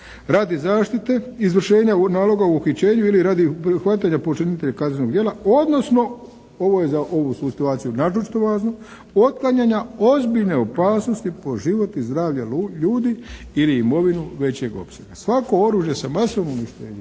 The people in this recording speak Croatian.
«radi zaštite izvršenja naloga o uhićenju ili radi hvatanja počinitelja kaznenog dijela odnosno», ovo je za ovu situaciju naročito važno «otklanjanja ozbiljne opasnosti po život i zdravlje ljudi ili imovinu većeg opsega.» Svako oružje za masovno uništenje,